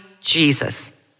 Jesus